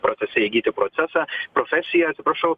procese įgyti procesą profesiją atsiprašau